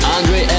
Andre